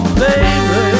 baby